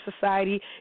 Society